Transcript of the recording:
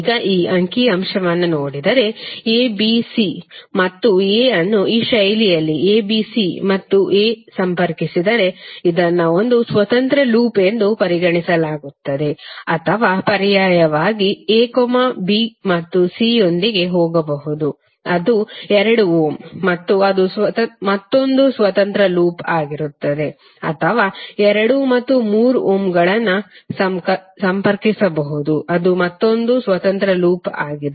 ಈಗ ಈ ಅಂಕಿ ಅಂಶವನ್ನು ನೋಡಿದರೆ a b c ಮತ್ತು a ಅನ್ನು ಈ ಶೈಲಿಯಲ್ಲಿ a b c ಮತ್ತು a ಸಂಪರ್ಕಿಸಿದರೆ ಇದನ್ನು ಒಂದು ಸ್ವತಂತ್ರ ಲೂಪ್ ಎಂದು ಪರಿಗಣಿಸಲಾಗುತ್ತದೆ ಅಥವಾ ಪರ್ಯಾಯವಾಗಿ a b ಮತ್ತು c ಯೊಂದಿಗೆ ಹೋಗಬಹುದು ಅದು ಎರಡು ಓಮ್ ಮತ್ತು ಅದು ಮತ್ತೊಂದು ಸ್ವತಂತ್ರ ಲೂಪ್ ಆಗಿರುತ್ತದೆ ಅಥವಾ ಎರಡು ಮತ್ತು ಮೂರು ಓಮ್ಗಳನ್ನು ಸಂಪರ್ಕಿಸಬಹುದು ಅದು ಮತ್ತೊಂದು ಸ್ವತಂತ್ರ ಲೂಪ್ ಆಗಿದೆ